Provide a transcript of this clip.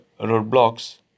roadblocks